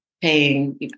paying